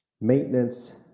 Maintenance